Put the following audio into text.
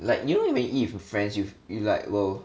like you know when you eat with your friends wi~ you like will